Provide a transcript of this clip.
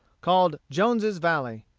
called jones's valley.